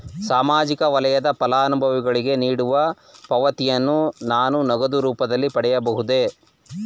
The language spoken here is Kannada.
ಸಾಮಾಜಿಕ ವಲಯದ ಫಲಾನುಭವಿಗಳಿಗೆ ನೀಡುವ ಪಾವತಿಯನ್ನು ನಾನು ನಗದು ರೂಪದಲ್ಲಿ ಪಡೆಯಬಹುದೇ?